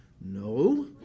No